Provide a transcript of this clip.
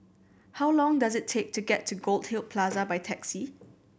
how long does it take to get to Goldhill Plaza by taxi